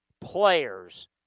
players